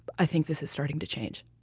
i think this is starting to change